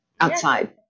outside